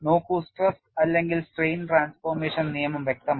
നോക്കൂ സ്ട്രെസ് അല്ലെങ്കിൽ strain transformation നിയമം വ്യക്തമാണ്